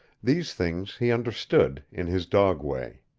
these things he understood, in his dog way.